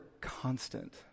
constant